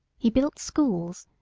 he built schools,